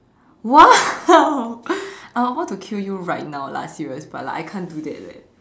!wow! I am about to kill you right now lah serious but like I can't do that leh